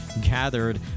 gathered